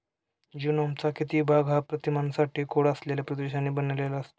जीनोमचा किती भाग हा प्रथिनांसाठी कोड असलेल्या प्रदेशांनी बनलेला असतो?